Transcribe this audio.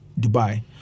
Dubai